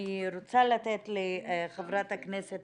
אני רוצה לתת לחברת הכנסת